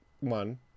one